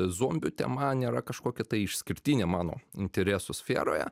zombių tema nėra kažkokia išskirtinė mano interesų sferoje